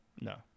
No